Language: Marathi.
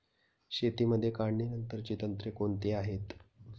शेतीमध्ये काढणीनंतरची तंत्रे कोणती आहेत?